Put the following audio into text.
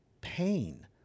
pain